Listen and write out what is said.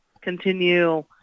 continue